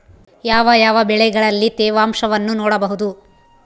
ಯಾವ ಯಾವ ಬೆಳೆಗಳಲ್ಲಿ ತೇವಾಂಶವನ್ನು ನೋಡಬಹುದು?